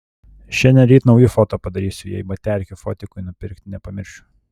šiandien ryt naujų foto padarysiu jei baterkių fotikui nupirkti nepamiršiu